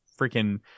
freaking